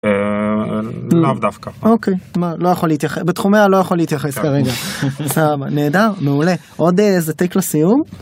לאו דווקא. אוקיי, בתחומי הלא יכול להתייחס כרגע, סבבה, נהדר, מעולה, עוד איזה תיק לסיום?